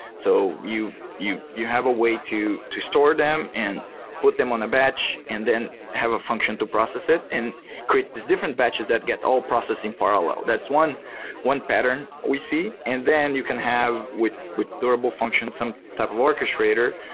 so you you have a way to to store them and put them on a batch and then have a function to process it and create these different batches that get all processing parallel. that's one one pattern we see, and then you can have with with durable function some type of orchestrator,